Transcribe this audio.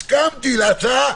הסכמתי להצעה,